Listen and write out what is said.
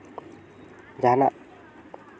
ᱡᱟᱦᱟᱸᱱᱟᱜ